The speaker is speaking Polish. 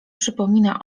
przypomina